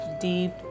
deep